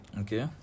Okay